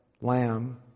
lamb